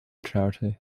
charity